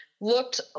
looked